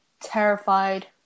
terrified